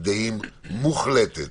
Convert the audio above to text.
דעים מוחלטת.